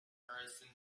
person